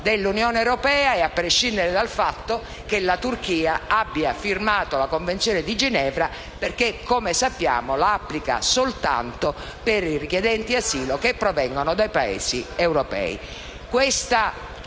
all'Unione europea e a prescindere dal fatto che la Turchia abbia firmato la Convenzione di Ginevra perché, come sappiamo, la applica soltanto per i richiedenti asilo che provengono dai Paesi europei.